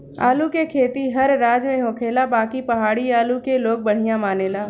आलू के खेती हर राज में होखेला बाकि पहाड़ी आलू के लोग बढ़िया मानेला